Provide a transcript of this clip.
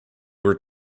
were